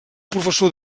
professor